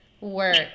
work